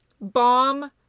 Bomb